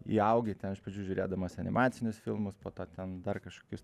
įaugi žiūrėdamas animacinius filmus po to ten dar kažkokius